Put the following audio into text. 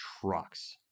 trucks